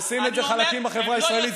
עושים את זה חלקים בחברה הישראלית,